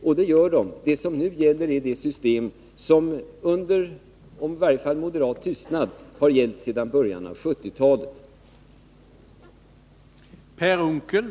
Och det gör den. Det system som nu gäller är det system som under moderat tystnad har gällt sedan början av 1970-talet.